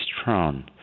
strong